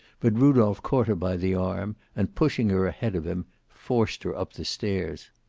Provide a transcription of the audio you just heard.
but rudolph caught her by the arm, and pushing her ahead of him, forced her up the stairs.